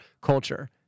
culture